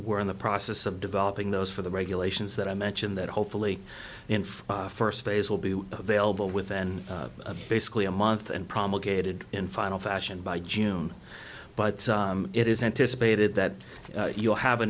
we're in the process of developing those for the regulations that i mentioned that hopefully in the first phase will be available within basically a month and promulgated in final fashion by june but it is anticipated that you'll have a